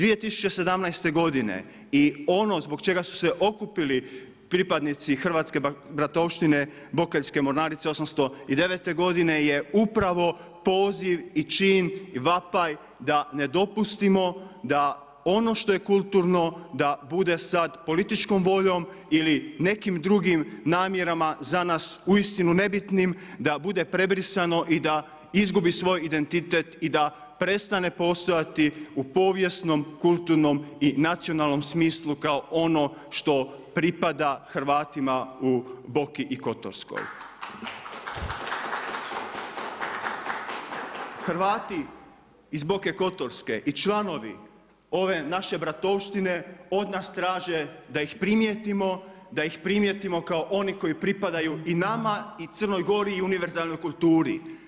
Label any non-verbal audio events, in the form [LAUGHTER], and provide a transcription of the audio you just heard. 2017. godine i ono zbog čega su se okupili pripadnici hrvatske bratovštine Bokeljske mornarice 809. godine je upravo poziv i čin i vapaj da ne dopustimo da ono što je kulturno da bude sa političkom voljom ili nekim drugim namjerama za nas uistinu nebitnim, da bude prebrisano i da izgubi svoj identitet i da prestane postojati u povijesnom, kulturnom i nacionalnom smislu kao ono što pripada Hrvatima u Boki kotarskoj. [APPLAUSE] Hrvatio iz Boke kotorske i članovi ove naše bratovštine od nas traže da ih primijetimo, da ih primijetimo kao oni koji pripadaju i nama i Crnoj Gori i univerzalnoj kulturi.